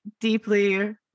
deeply